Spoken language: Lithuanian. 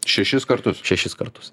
šešis kartus šešis kartus